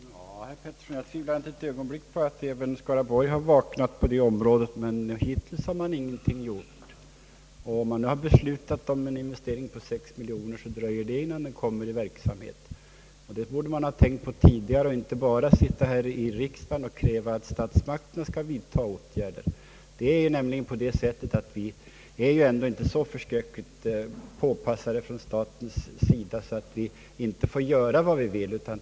Herr talman! Jag tvivlar ju inte ett ögonblick på att även Skaraborgs län har vaknat på detta område, men hittills har ingenting gjorts. även om det nu finns beslut om en investering på 6 miljoner kronor, dröjer det innan resultaten visar sig i praktiken. Detta borde man ha tänkt på tidigare. Man kan inte bara sitta här i riksdagen och kräva att statsmakterna skall vidtaga åtgärder. Vi är ju ändå inte så förskräckligt påpassade av staten, att vi inte får göra vad vi vill.